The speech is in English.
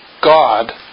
God